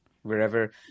Wherever